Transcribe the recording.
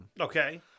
Okay